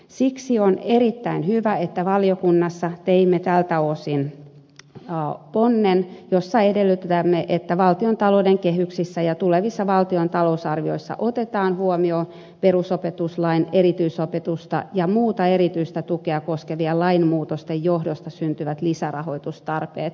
siksi on erittäin hyvä että valiokunnassa teimme tältä osin ponnen jossa edellytämme että valtiontalouden kehyksissä ja tulevissa valtion talousarvioissa otetaan huomioon perusopetuslain erityisopetusta ja muuta erityistä tukea koskevien lainmuutosten johdosta syntyvät lisärahoitustarpeet